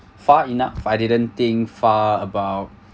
far enough I didn't think far about